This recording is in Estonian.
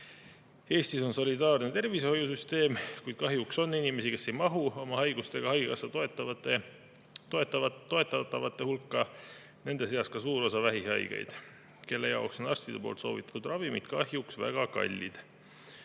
Eestis on solidaarne tervishoiusüsteem, kuid kahjuks on inimesi, kes ei mahu oma haigusega haigekassa toetatavate hulka. Nende seas on ka suur osa vähihaigeid, kelle jaoks on arstide soovitatud ravimid kahjuks väga kallid.